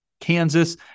Kansas